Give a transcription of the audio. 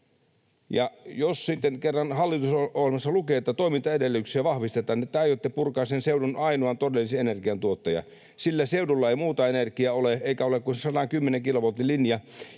Jos sitten kerran hallitusohjelmassa lukee, että toimintaedellytyksiä vahvistetaan, niin te aiotte purkaa sen seudun ainoan todellisen energiantuottajan. Sillä seudulla ei muuta energiaa ole, ei ole kuin 110 kilovoltin linja,